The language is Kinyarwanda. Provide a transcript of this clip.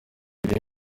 biri